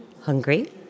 Hungry